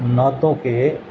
ناطوں کے